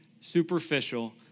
superficial